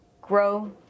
grow